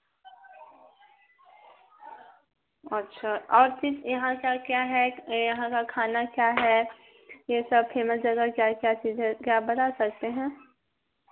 अच्छा और चीज़ यहाँ का क्या है यहाँ का खाना क्या है यह सब फेमस जगह क्या क्या चीज़ है क्या आप बता सकते है